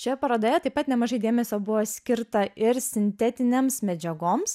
šioje parodoje taip pat nemažai dėmesio buvo skirta ir sintetinėms medžiagoms